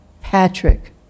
Patrick